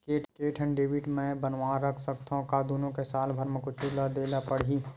के ठन डेबिट मैं बनवा रख सकथव? का दुनो के साल भर मा कुछ दे ला पड़ही?